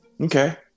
okay